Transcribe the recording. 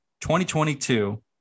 2022